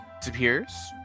disappears